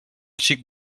xic